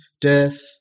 death